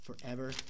forever